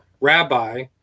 rabbi